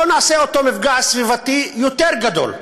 בואו נעשה אותו מפגע סביבתי יותר גדול.